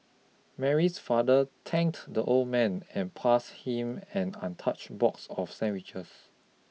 Mary's father thanked the old man and passed him an untouch box of sandwiches